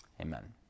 Amen